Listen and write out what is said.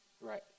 Right